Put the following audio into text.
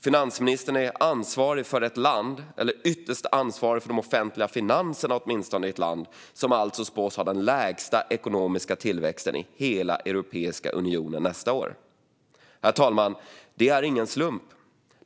Finansministern är ansvarig för ett land - eller åtminstone ytterst ansvarig för de offentliga finanserna i ett land - som spås ha den lägsta ekonomiska tillväxten i hela Europeiska unionen nästa år. Herr talman! Detta är ingen slump.